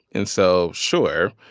and so, sure,